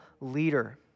leader